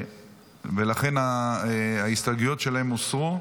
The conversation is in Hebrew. לכן ההסתייגויות שלהם הוסרו.